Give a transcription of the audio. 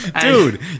Dude